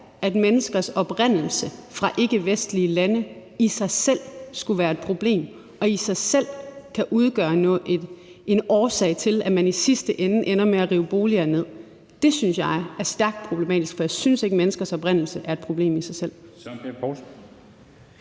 at menneskers oprindelse fra ikkevestlige lande i sig selv skulle være et problem og i sig selv kan udgøre en årsag til, at man i sidste ende ender med at rive boliger ned. Det synes jeg er stærkt problematisk, for jeg synes ikke, at menneskers oprindelse er et problem i sig selv.